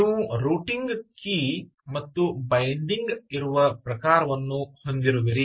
ನೀವು routing key ಮತ್ತು binding ಇರುವ ಪ್ರಕಾರವನ್ನು ಹೊಂದಿರುವಿರಿ